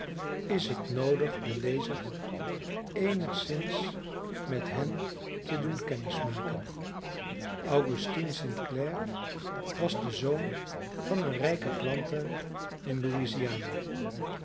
is het noodig den lezer eenigszins met hen te doen kennis maken augustine st clare was de zoon van een rijken planter in louisiana